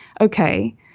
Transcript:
okay